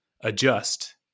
adjust